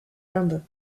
inde